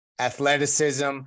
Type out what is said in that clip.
Athleticism